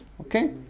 Okay